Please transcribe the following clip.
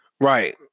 Right